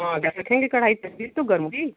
हाँ रखेंगे कढ़ाई पर तभी तो गर्म होगी